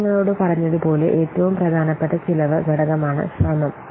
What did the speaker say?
ഞാൻ നിങ്ങളോട് പറഞ്ഞതുപോലെ ഏറ്റവും പ്രധാനപ്പെട്ട ചിലവ് ഘടകമാണ് ശ്രമം